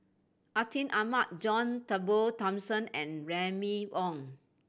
Atin Amat John Turnbull Thomson and Remy Ong